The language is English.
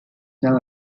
now